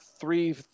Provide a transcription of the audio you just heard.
three